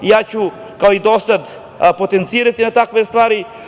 Ja ću kao i do sad potencirati na takvim stvarima.